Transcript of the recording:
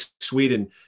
Sweden